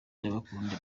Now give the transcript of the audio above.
ndabakunda